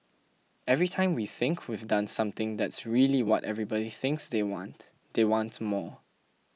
every time we think we've done something that's really what everybody thinks they want they want more